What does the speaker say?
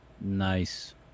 Nice